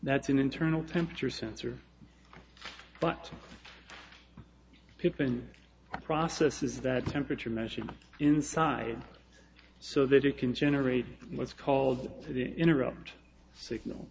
that's an internal temperature sensor but peepin process is that temperature measured inside so that it can generate what's called the interrupt signal